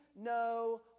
no